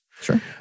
Sure